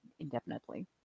Indefinitely